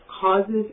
causes